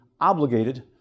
obligated